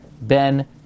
Ben